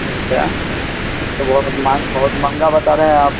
اچھا تو بہت مان بہت مہنگا بتا رہے ہیں آپ